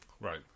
Right